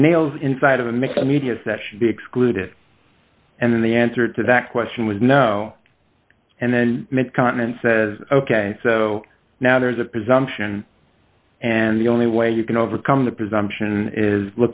nails inside of a mixed media is that should be excluded and then the answer to that question was no and then mid continent says ok so now there's a presumption and the only way you can overcome the presumption is